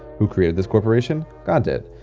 who created this corporation? god did.